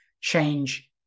change